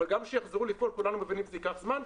אבל גם כשהם יחזרו לפעול כולנו מבינים שזה ייקח זמן,